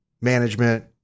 management